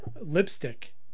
lipstick